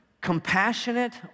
Compassionate